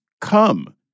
come